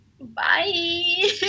Bye